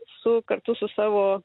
su kartu su savo